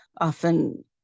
often